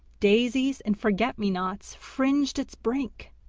daisies and forget-me-nots fringed its brink,